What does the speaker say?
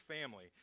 family